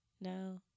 no